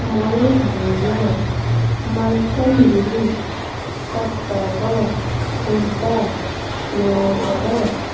Mayurbhanj Malkangiri Cuttack Khordha Nayagarh